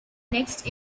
next